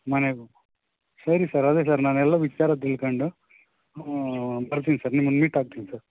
ಮನೆಗೆ ಸರಿ ಸರ್ ಅದೆ ಸರ್ ನಾನೆಲ್ಲ ವಿಚಾರ ತಿಳ್ಕೊಂಡು ಬರ್ತಿನಿ ಸರ್ ನಿಮ್ಮನ್ನು ಮೀಟ್ ಆಗ್ತಿನಿ ಸರ್